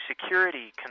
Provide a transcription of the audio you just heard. security